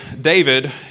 David